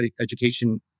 education